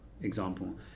example